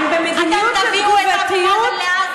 הם במדיניות תגובתיות,